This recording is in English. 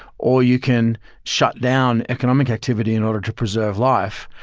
or you can shut down economic activity in order to preserve life.